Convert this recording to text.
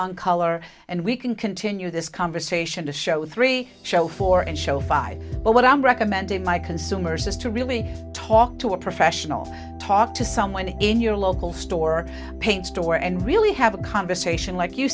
on color and we can continue this conversation to show three show four and show five but what i'm recommended by consumers is to really talk to a professional talk to someone in your local store paint store and really have a conversation like you